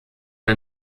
der